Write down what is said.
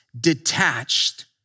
detached